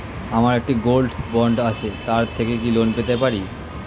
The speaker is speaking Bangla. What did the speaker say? আমার একটি গোল্ড বন্ড আছে তার থেকে কি লোন পেতে পারি?